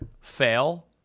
fail